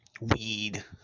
weed